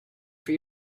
for